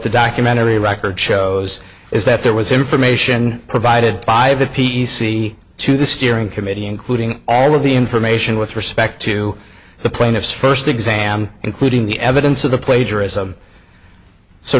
the documentary record shows is that there was information provided by the p c to the steering committee including all of the information with respect to the plaintiff's first exam including the evidence of the plagiarism so